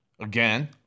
again